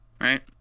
right